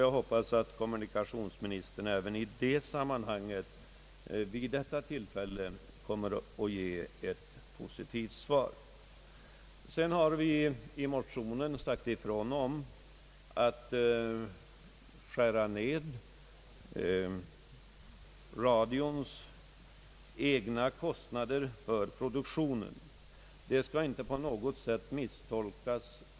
Jag hoppas att kommunikationsministern även i det sammanhanget vid detta tillfälle kommer att ge ett positivt svar. Vidare har vi i motionen sagt ifrån att radions egna kostnader för produktionen bör skäras ned. Detta skall inte misstolkas.